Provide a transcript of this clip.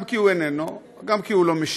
גם כי הוא איננו, גם כי הוא לא משיב,